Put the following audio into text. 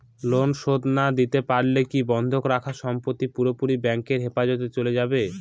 Loan শোধ না দিতে পারলে কি বন্ধক রাখা সম্পত্তি পুরোপুরি ব্যাংকের হেফাজতে চলে যাবে?